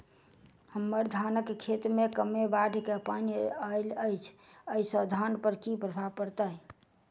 हम्मर धानक खेत मे कमे बाढ़ केँ पानि आइल अछि, ओय सँ धान पर की प्रभाव पड़तै?